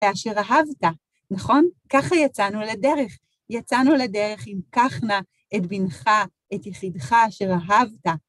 ואשר אהבת, נכון? ככה יצאנו לדרך, יצאנו לדרך אם קחנה את בנך, את יחידך, אשר אהבת.